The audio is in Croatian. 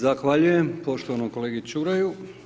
Zahvaljujem poštovanom kolegi Čuraju.